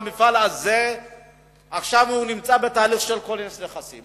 המפעל הזה עכשיו נמצא בתהליך של כינוס נכסים,